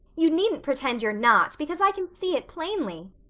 you needn't pretend you're not, because i can see it plainly.